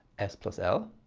s plus l